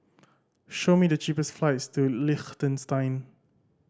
show me the cheapest flights to Liechtenstein